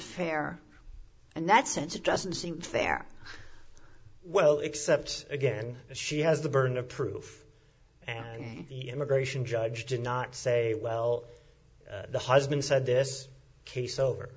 fair and that sense it doesn't seem fair well except again she has the burden of proof and the immigration judge did not say well the husband said this case over